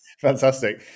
Fantastic